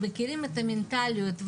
הם מכירים את המנטליות,